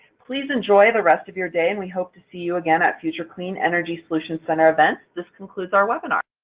please enjoy the rest of your day, and we hope to see you again at future clean energy solutions center events. this concludes our webinar.